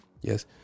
Yes